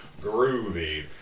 Groovy